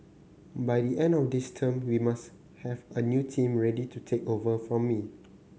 by the end of this term we must have a new team ready to take over from me